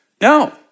no